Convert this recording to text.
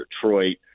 Detroit